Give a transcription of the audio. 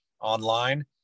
online